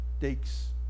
takes